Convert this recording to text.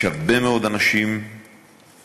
יש הרבה מאוד אנשים שרואים,